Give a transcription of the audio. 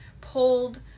pulled